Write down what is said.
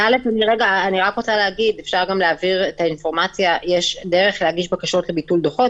אני רוצה להגיד שיש דרך להגיש בקשות לביטול דוחות,